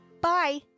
Bye